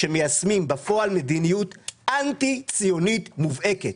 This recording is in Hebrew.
שמיישמים בפועל מדיניות אנטי ציונית מובהקת.